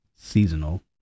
seasonal